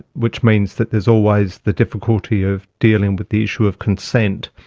which means that there's always the difficulty of dealing with the issue of consent,